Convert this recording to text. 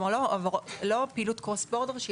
כלומר לא פעילות cross border,